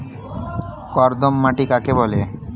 কর্দম মাটি কাকে বলে?